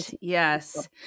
yes